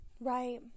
Right